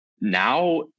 now